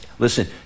Listen